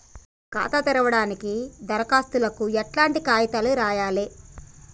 ఖాతా తెరవడానికి దరఖాస్తుకు ఎట్లాంటి కాయితాలు రాయాలే?